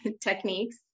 techniques